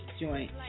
joint